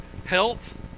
health